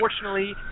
unfortunately